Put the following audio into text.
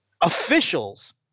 officials